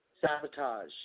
Sabotage